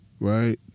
Right